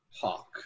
Hawk